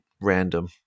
random